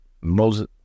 Moses